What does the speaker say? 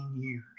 years